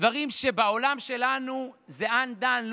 דברים שבעולם שלנו הם undone.